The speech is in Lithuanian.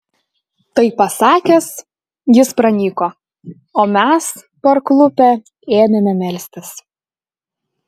tai pasakęs jis pranyko o mes parklupę ėmėme melstis